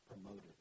promoted